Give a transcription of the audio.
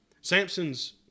Samson's